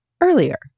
earlier